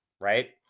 right